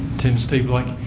tim, steve like